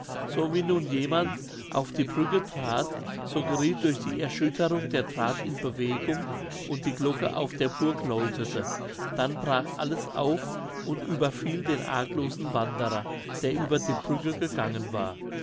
so wie nun je mand auf die brücke trat so gerieth durch die erschütterung der drath in bewegung und die glocke auf der burg läutete dann brach alles auf und überfiel den arglosen wanderer der über die brücke gegangen war